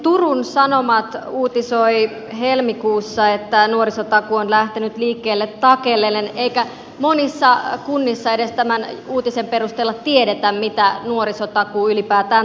turun sanomat uutisoi helmikuussa että nuorisotakuu on lähtenyt liikkeelle takellellen eikä monissa kunnissa tämän uutisen perusteella edes tiedetä mitä nuorisotakuu ylipäätään tarkoittaa